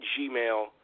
Gmail